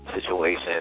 situation